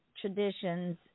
traditions